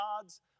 God's